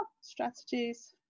strategies